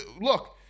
look